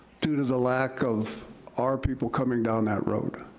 due to the lack of our people coming down that road.